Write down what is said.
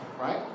Right